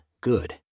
good